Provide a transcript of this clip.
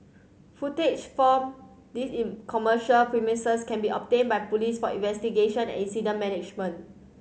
footage from these in commercial premises can be obtained by police for investigation and incident management